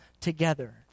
together